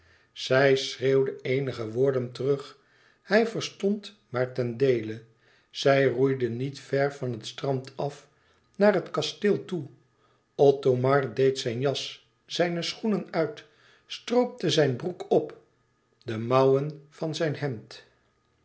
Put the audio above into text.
zij schreeuwde eenige woorden terug hij verstond maar ten deele zij roeide niet ver van het strand af naar het kasteel toe othomar deed zijn jas zijne schoenen uit stroopte zijn broek op de mouwen van zijn hemd